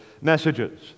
messages